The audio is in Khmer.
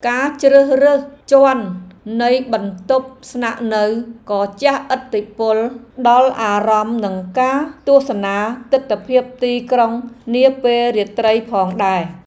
ការជ្រើសរើសជាន់នៃបន្ទប់ស្នាក់នៅក៏ជះឥទ្ធិពលដល់អារម្មណ៍និងការទស្សនាទិដ្ឋភាពទីក្រុងនាពេលរាត្រីផងដែរ។